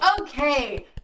Okay